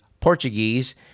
Portuguese